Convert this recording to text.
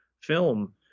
film